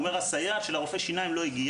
הוא אומר לי שמכיוון שהסייעת של הרופא שינים לא הגיעה